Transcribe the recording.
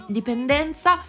dipendenza